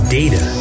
data